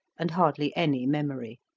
and hardly any memory.